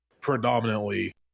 predominantly